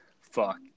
fuck